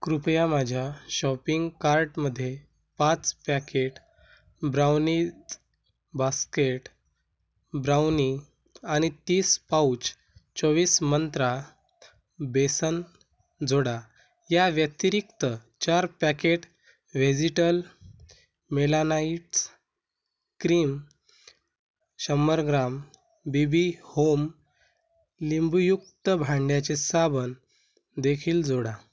कृपया माझ्या शॉपिंग कार्टमध्ये पाच पॅकेट ब्राउनीज बास्केट ब्राउनी आणि तीस पाउच चोवीस मंत्रा बेसन जोडा या व्यतिरिक्त चार पॅकेट व्हेजिटल मेलानाईट्स क्रीम शंभर ग्राम बी बी होम लिंबुयुक्त भांड्याचे साबण देखील जोडा